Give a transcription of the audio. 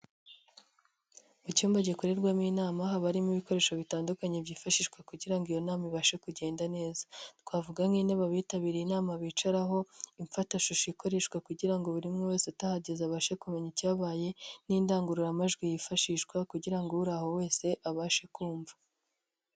Mu cyumba gikorerwamo inama haba harimo ibikoresho bitandukanye byifashishwa kugira ngo iyo nama ibashe kugenda neza, twavuga nk'intebe abitabiriye inama bicaraho, imfatashusho ikoreshwa kugira ngo buri muntu wese utahageze abashe kumenya icyabaye n'indangururamajwi yifashishwa kugira ngo uri aho wese abashe kumva.